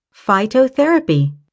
phytotherapy